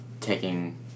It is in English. taking